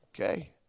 Okay